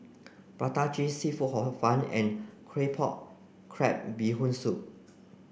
Prata cheese seafood Hor Fun and Claypot crab Bee Hoon soup